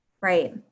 Right